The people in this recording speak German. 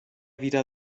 wieder